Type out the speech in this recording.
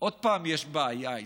עוד פעם יש בעיה איתם.